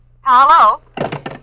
Hello